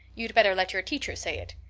you'd better let your teacher say it.